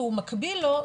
והוא מקביל לו,